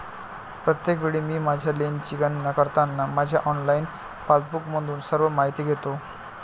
प्रत्येक वेळी मी माझ्या लेनची गणना करताना माझ्या ऑनलाइन पासबुकमधून सर्व माहिती घेतो